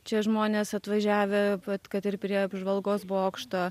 čia žmonės atvažiavę vat kad ir prie apžvalgos bokšto